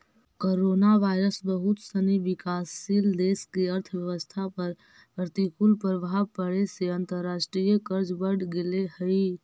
coronavirus बहुत सनी विकासशील देश के अर्थव्यवस्था पर प्रतिकूल प्रभाव पड़े से अंतर्राष्ट्रीय कर्ज बढ़ गेले हई